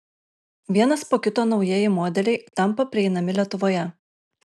vienas po kito naujieji modeliai tampa prieinami lietuvoje